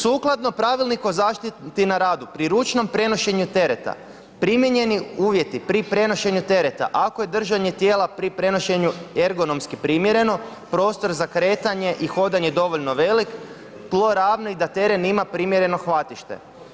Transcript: Sukladno Pravilniku o zaštiti na radu, pri ručnom prenošenju tereta, primjereni uvjeti pri prenošenju tereta, ako je držanje tijela pri prenošenju ergonomski primjereno, prostor za kretanje i hodanje je dovoljno velik, tlo ravno i da teren ima primjereno hvatište.